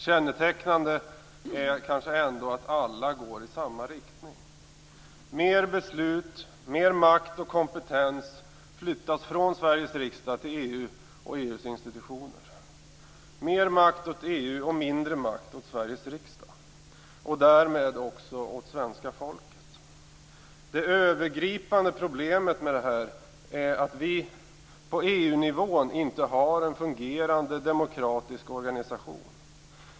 Kännetecknande är kanske ändå att alla går i samma riktning, nämligen mot att mer beslut, mer makt och kompetens flyttas från Sveriges riksdag till EU och EU:s institutioner. Det innebär mer makt åt EU och mindre makt åt Sveriges riksdag, och därmed också åt svenska folket. Det övergripande problemet med detta är att vi på EU-nivån inte har en fungerande demokratisk organisation.